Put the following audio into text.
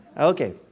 Okay